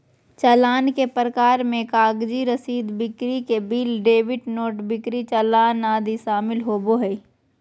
चालान के प्रकार मे कागजी रसीद, बिक्री के बिल, डेबिट नोट, बिक्री चालान आदि शामिल होबो हय